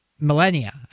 millennia